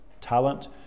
talent